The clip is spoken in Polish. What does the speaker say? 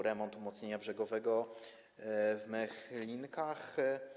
Remont umocnienia brzegowego w Mechelinkach.